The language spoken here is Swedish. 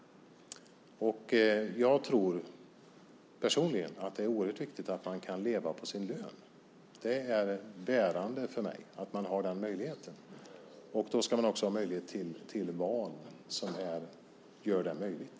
Jag tror personligen att det är oerhört viktigt att man kan leva på sin lön. Det är bärande för mig att man har den möjligheten, och då ska man också kunna göra val som gör detta möjligt.